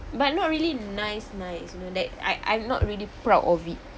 but not really nice nice you know that I I'm not really proud of it